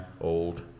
old